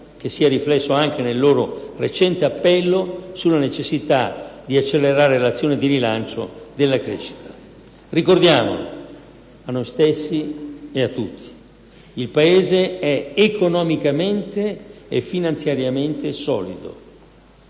che si è riflesso anche nel loro recente appello sulla necessità di accelerare l'azione di rilancio della crescita. Ricordiamo a noi stessi e a tutti: il Paese è economicamente e finanziariamente solido.